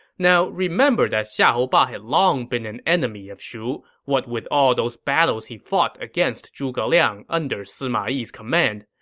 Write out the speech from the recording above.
now, remember that xiahou ba had long been an enemy of shu, what with all those battles he fought against zhuge liang under sima yi's command.